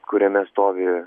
kuriame stovi